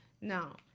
Now